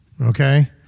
Okay